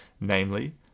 Namely